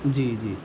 جی جی